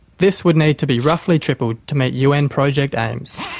this would need to be roughly tripled to meet un project aims.